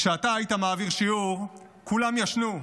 כשאתה היית מעביר שיעור, כולם ישנו,